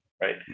right